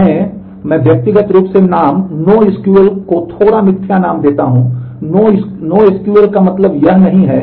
मैं मैं व्यक्तिगत रूप से नाम नो एसक्यूएल है